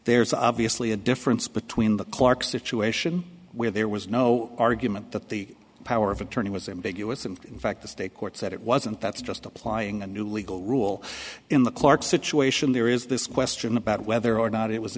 there's obviously a difference between the clark situation where there was no argument that the power of attorney was in big u s and in fact the state court said it wasn't that's just applying a new legal rule in the clark situation there is this question about whether or not it was